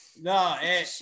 No